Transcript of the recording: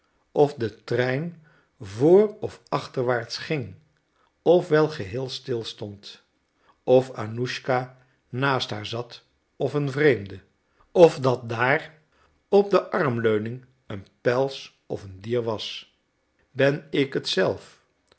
of de trein voor of achterwaarts ging of wel geheel stilstond of annuschka naast haar zat of een vreemde of dat daar op de armleuning een pels of een dier was ben ik het zelf